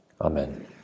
Amen